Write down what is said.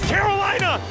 Carolina